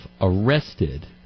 arrested